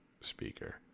speaker